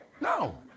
no